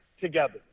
together